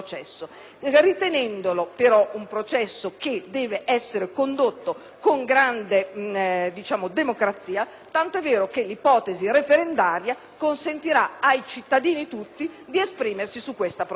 che però riteniamo debba essere condotto con grande democrazia, tant'è vero che l'ipotesi referendaria consentirà ai cittadini tutti di esprimersi sulla procedura.